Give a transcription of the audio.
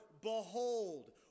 behold